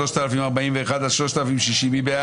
רוויזיה על הסתייגויות 2680-2661, מי בעד?